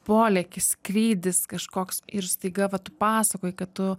polėkis skrydis kažkoks ir staiga vat pasakoji kad tu